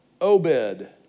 Obed